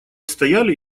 стояли